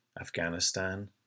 Afghanistan